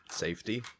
Safety